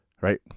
Right